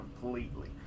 completely